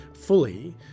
fully